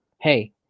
hey